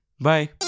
Bye